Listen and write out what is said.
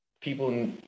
people